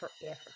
forever